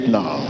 now